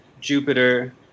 Jupiter